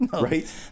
right